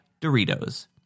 Doritos